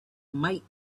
might